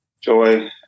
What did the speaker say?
Joy